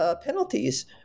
penalties